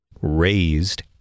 raised